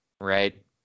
right